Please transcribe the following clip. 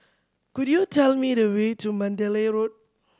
could you tell me the way to Mandalay Road